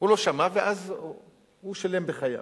ואז הוא שילם בחייו.